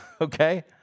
okay